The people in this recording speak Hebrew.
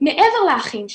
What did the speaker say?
מעבר לאחים שלי,